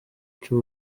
cyu